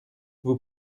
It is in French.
vous